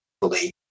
fully